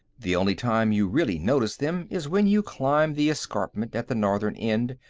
the only time you really notice them is when you climb the escarpment at the northern end.